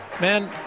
Man